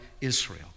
Israel